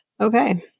Okay